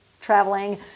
traveling